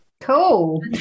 cool